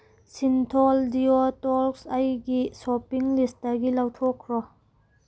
ꯁꯤꯟꯊꯣꯜ ꯗꯤꯌꯣ ꯇꯣꯜꯛꯁ ꯑꯩꯒꯤ ꯁꯣꯞꯄꯤꯡ ꯂꯤꯁꯇꯒꯤ ꯂꯧꯊꯣꯛꯈ꯭ꯔꯣ